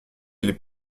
les